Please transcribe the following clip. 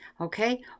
okay